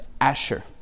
Asher